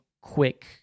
quick